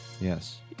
yes